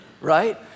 right